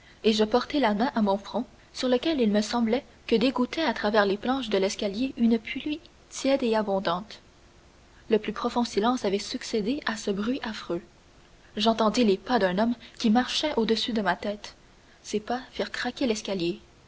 et je portai la main à mon front sur lequel il me semblait que dégouttait à travers les planches de l'escalier une pluie tiède et abondante le plus profond silence avait succédé à ce bruit affreux j'entendis les pas d'un homme qui marchait au-dessus de ma tête ses pas firent craquer l'escalier